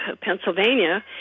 Pennsylvania